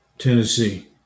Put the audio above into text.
Tennessee